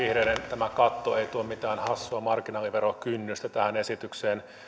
tämä vihreiden katto ei tuo mitään hassua marginaaliverokynnystä tähän esitykseen